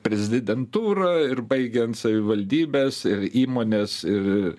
prezidentūra ir baigiant savivaldybes ir įmones ir